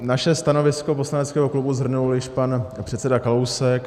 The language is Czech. Naše stanovisko poslaneckého klubu shrnul již pan předseda Kalousek.